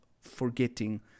forgetting